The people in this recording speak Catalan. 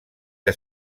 que